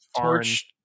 torch